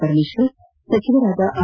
ಪರಮೇಶ್ವರ್ ಸಚಿವರಾದ ಆರ್